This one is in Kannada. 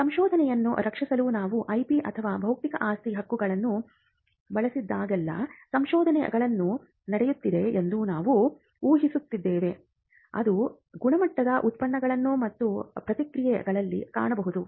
ಸಂಶೋಧನೆಯನ್ನು ರಕ್ಷಿಸಲು ನಾವು ಐಪಿ ಅಥವಾ ಬೌದ್ಧಿಕ ಆಸ್ತಿ ಹಕ್ಕುಗಳನ್ನು ಬಳಸಿದಾಗಲೆಲ್ಲಾ ಸಂಶೋಧನೆಗಳು ನಡೆಯುತ್ತಿವೆ ಎಂದು ನಾವು ಊಹಿಸುತ್ತಿದ್ದೇವೆ ಅದು ಗುಣಮಟ್ಟದ ಉತ್ಪನ್ನಗಳು ಮತ್ತು ಪ್ರಕ್ರಿಯೆಗಳಿಗೆ ಕಾರಣವಾಗಬಹುದು